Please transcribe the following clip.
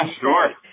sure